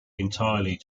entirely